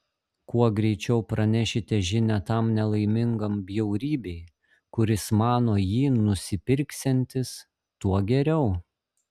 kuo greičiau pranešite žinią tam nelaimingam bjaurybei kuris mano jį nusipirksiantis tuo geriau